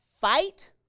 fight